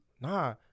nah